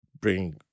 bring